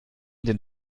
den